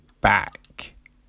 back